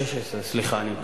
שש-עשרה, סליחה, אני מתקן.